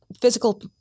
physical